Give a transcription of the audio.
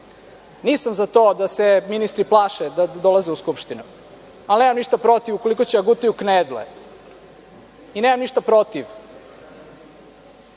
Nisam za to da se ministri plaše da dolaze u Skupštinu, ali nemam ništa protiv ukoliko će da gutaju knedle i nemam ništa protiv